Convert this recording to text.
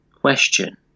question